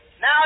Now